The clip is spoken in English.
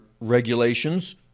regulations